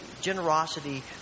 generosity